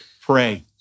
pray